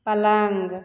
पलङ्ग